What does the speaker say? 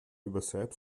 übersät